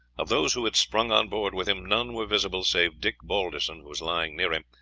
of those who had sprung on board with him, none were visible save dick balderson, who was lying near him,